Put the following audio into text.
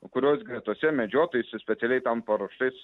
kurios gretose medžiotojai su specialiai tam paruoštais